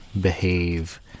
behave